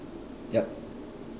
yup